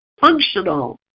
functional